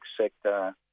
sector